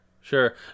sure